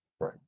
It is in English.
Right